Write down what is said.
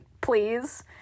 please